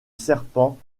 serpent